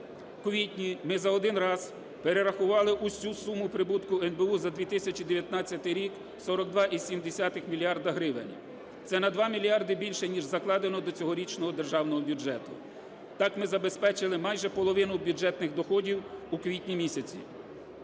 квітні ми за один раз перерахували усю суму прибутку НБУ за 2019 рік - 42,7 мільярда гривень. Це на два мільярда більше, ніж закладено до цьогорічного державного бюджету. Так ми забезпечили майже половину бюджетних доходів у квітні місяці.